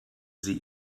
sie